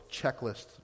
checklist